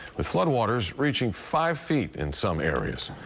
with flood waters reaching five feet in some areas.